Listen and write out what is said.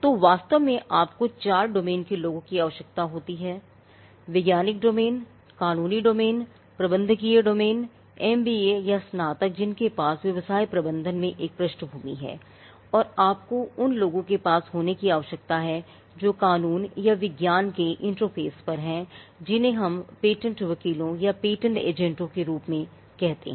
तो वास्तव में आपको चार डोमेन के लोगों की आवश्यकता होती है वैज्ञानिक डोमेन कानूनी डोमेन प्रबंधकीय डोमेन एमबीए या स्नातक जिनके पास व्यवसाय प्रबंधन में एक पृष्ठभूमि है और आपको उन लोगों के पास होने की आवश्यकता है जो कानून और विज्ञान के इंटरफ़ेस पर हैं जिन्हें हम पेटेंट वकीलों या पेटेंट एजेंटों के रूप में कहते हैं